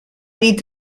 need